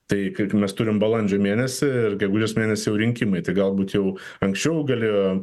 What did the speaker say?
tai kaip mes turim balandžio mėnesį ir gegužės mėnesį jau rinkimai tai galbūt jau anksčiau galėjo